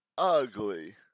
Ugly